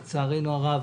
לצערנו הרב,